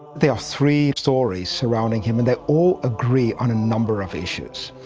there are three stories surrounding him and that all agree on a number of issues.